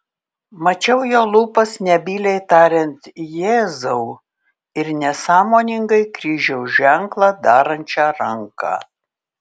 mačiau jo lūpas nebyliai tariant jėzau ir nesąmoningai kryžiaus ženklą darančią ranką